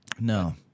No